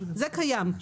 זה קיים.